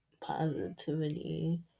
positivity